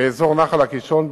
באזור נחל-קישון,